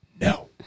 no